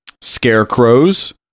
Scarecrows